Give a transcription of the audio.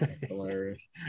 Hilarious